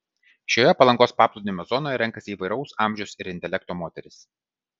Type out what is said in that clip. šioje palangos paplūdimio zonoje renkasi įvairaus amžiaus ir intelekto moterys